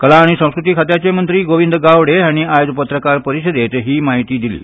कला आनी संस्कृती खात्याचे मंत्री गोविंद गावडे हांणी आयज पत्रकार परिशदेंत ही म्हायती दिली